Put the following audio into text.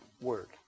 Word